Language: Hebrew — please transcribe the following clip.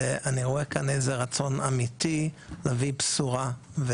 ואני רואה כאן איזה רצון אמיתי להביא בשורה,